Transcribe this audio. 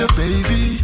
baby